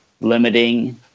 limiting